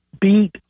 beat